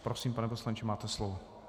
Prosím, pane poslanče, máte slovo.